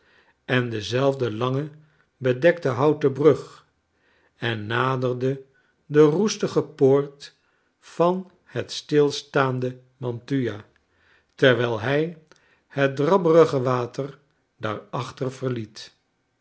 en dezelfde lange bedekten houten brug en naderde de roestige poort van het stilstaande mantua terwijl hij het drabberige water daarachter verliet